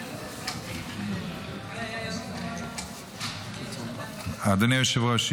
אדוני היושב-ראש,